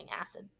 acid